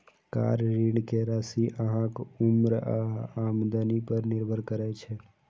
car ऋण के राशि अहांक उम्र आ आमदनी पर निर्भर करै छै